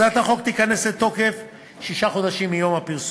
הצעת החוק תיכנס לתוקף שישה חודשים ממועד הפרסום,